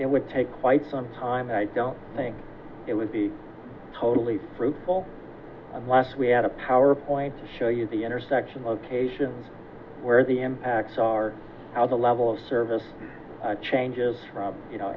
it would take quite some time and i don't think it would be totally fruitful unless we had a powerpoint to show you the intersection locations where the impacts are how the level of service changes